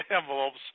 envelopes